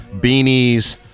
beanies